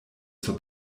zur